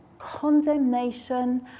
condemnation